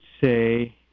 say